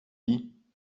lit